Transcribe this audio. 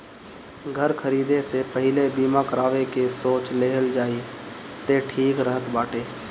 घर खरीदे से पहिले बीमा करावे के सोच लेहल जाए तअ ठीक रहत बाटे